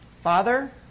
Father